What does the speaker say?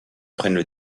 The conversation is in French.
prennent